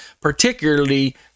particularly